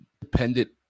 dependent